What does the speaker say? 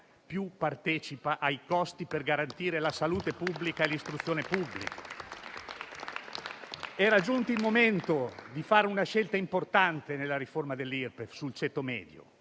più partecipa ai costi per garantire la salute pubblica e l'istruzione pubblica. Era giunto il momento di fare una scelta importante nella riforma dell'Irpef sul ceto medio.